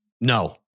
no